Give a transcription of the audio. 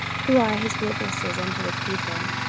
who are his witnesses unto the people.